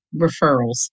referrals